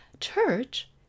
Church